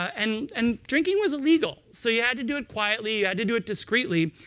and and drinking was illegal, so you had to do it quietly, you had to do it discreetly.